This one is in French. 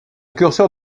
curseur